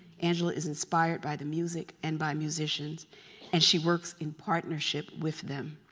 angela is inspired by the music and by musicians and she works in partnership with them.